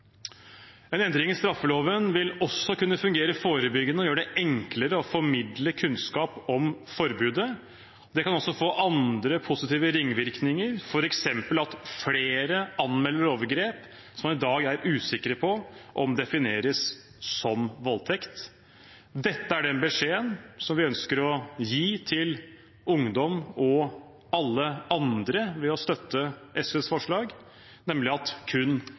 En endring i straffeloven vil også kunne fungere forebyggende og gjøre det enklere å formidle kunnskap om forbudet. Det kan også få andre positive ringvirkninger, f.eks. at flere anmelder overgrep som man i dag er usikre på om defineres som voldtekt. Dette er den beskjeden som vi ønsker å gi til ungdom og alle andre ved å støtte SVs forslag, nemlig at kun